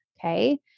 okay